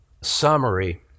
Summary